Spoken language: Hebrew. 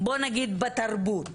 בוא נגיד בתרבות,